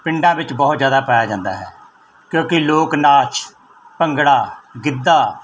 ਪਿੰਡਾਂ ਵਿੱਚ ਬਹੁਤ ਜ਼ਿਆਦਾ ਪਾਇਆ ਜਾਂਦਾ ਹੈ ਕਿਉਂਕਿ ਲੋਕ ਨਾਚ ਭੰਗੜਾ ਗਿੱਧਾ